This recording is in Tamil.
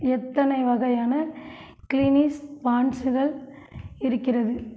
எத்தனை வகையான கிளீனிங் ஸ்பான்ஜ்கள் இருக்கிறது